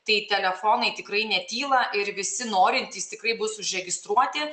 tai telefonai tikrai netyla ir visi norintys tikrai bus užregistruoti